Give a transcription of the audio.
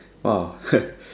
!wow!